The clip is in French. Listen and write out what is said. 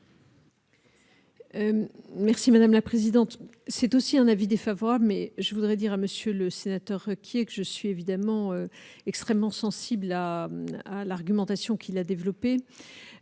Merci madame la présidente, c'est aussi un avis défavorable, mais je voudrais dire à monsieur le sénateur, qui est que je suis évidemment extrêmement sensible à l'argumentation qu'il a développé,